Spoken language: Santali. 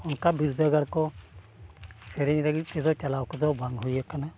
ᱚᱱᱠᱟ ᱵᱤᱨᱫᱟᱹᱜᱟᱲ ᱠᱚ ᱥᱮᱨᱮᱧ ᱞᱟᱹᱜᱤᱫ ᱛᱮᱫᱚ ᱪᱟᱞᱟᱣ ᱠᱚᱫᱚ ᱵᱟᱝ ᱦᱩᱭ ᱠᱟᱱᱟ